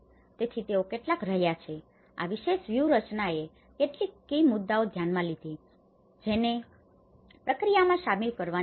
તેથી તેઓ કેટલાક રહ્યા છે આ વિશેષ વ્યૂહરચનાએ કેટલાક કી મુદ્દાઓને ધ્યાનમાં લીધા છે જેને પ્રક્રિયામાં શામેલ કરવાની રહેશે